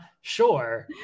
sure